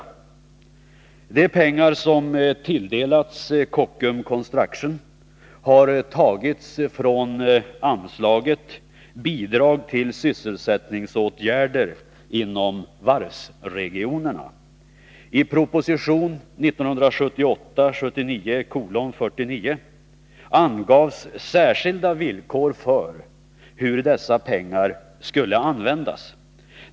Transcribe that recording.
De pengar som tilldelats Kockums Construction har tagits från anslaget Bidrag till sysselsättningsåtgärder inom varvsregionerna. I proposition 1978/79:49 angavs särskilda villkor för hur dessa pengar skulle användas.